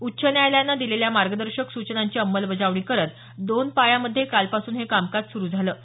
उच्च न्यायलयानं दिलेल्या मार्गदर्शक सूचनांची अंमलबजावणी करत दोन पाळ्यामध्ये कालपासून हे कामकाज सुरु झालं आहे